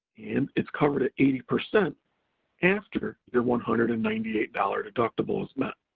and it's covered at eighty percent after your one hundred and ninety eight dollars deductible is met.